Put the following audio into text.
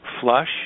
flush